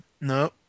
no